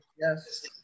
yes